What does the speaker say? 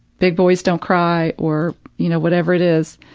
big boys don't cry, or you know, whatever it is,